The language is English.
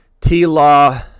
T-Law